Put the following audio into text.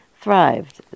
thrived